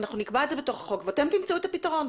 אנחנו נקבע את זה בתוך החוק ואתם תמצאו את הפתרון.